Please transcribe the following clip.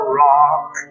rock